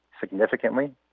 significantly